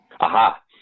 Aha